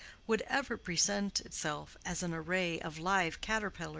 would ever present itself as an array of live caterpillars,